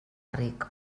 ric